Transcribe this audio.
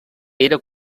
era